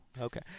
Okay